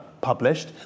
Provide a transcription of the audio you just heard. published